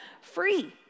free